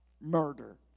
murder